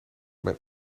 mijn